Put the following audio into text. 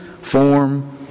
form